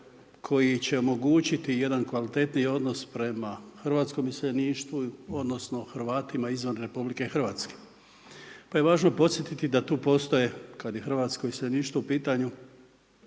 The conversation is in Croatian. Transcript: koji će omogućiti jedan kvalitetniji odnos prema hrvatskom iseljeništvu odnosno Hrvatima izvan RH. Pa je važno podsjetiti da tu postoje kada je hrvatsko iseljeništvo u pitanju